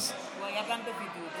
אין פאנל.